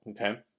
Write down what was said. Okay